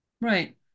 Right